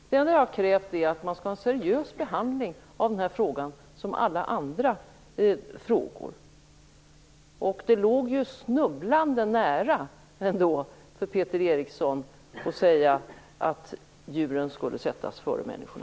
Det enda jag krävt är att frågan skall ges en lika seriös behandling som alla andra frågor. Det låg ju snubblande nära för Peter Eriksson att säga att djuren skulle sättas före människorna.